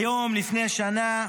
היום לפני שנה